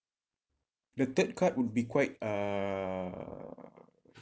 the third card would be quite uh